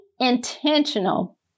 intentional